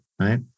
right